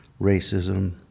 racism